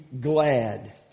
glad